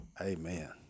Amen